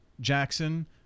Jackson